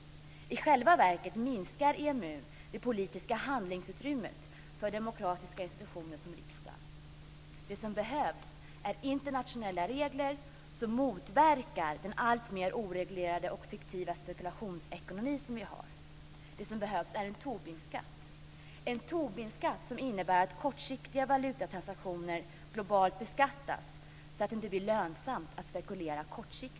I själva verket minskar EMU det politiska handlingsutrymmet för demokratiska institutioner som riksdagen. Det som behövs är internationella regler som motverkar den alltmer oreglerade och fiktiva spekulationsekonomi som vi har i dag. Vi behöver en Tobinskatt, som innebär att man beskattar kortsiktiga, globala valutatransaktioner. Det ska inte vara lönsamt att spekulera kortsiktigt.